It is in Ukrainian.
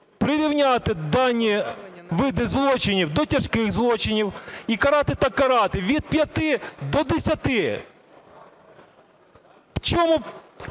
прирівняти дані види злочинів до тяжких злочинів і карати так карати – від 5 до 10.